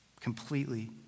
completely